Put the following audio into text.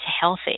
healthy